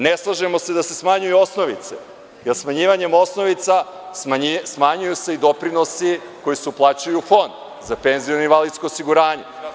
Ne slažemo se da se smanjuju osnovice, jer smanjivanjem osnovica, smanjuju se i doprinosi koji se uplaćuju u Fond za penziono i invalidsko osiguranje.